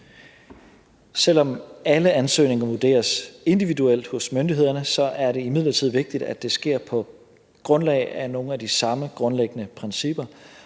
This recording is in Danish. Selv om alle ansøgninger vurderes individuelt hos myndighederne, er det imidlertid vigtigt, at det sker på grundlag af nogle af de samme grundlæggende principper,